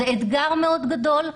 זה אתגר מאוד גדול,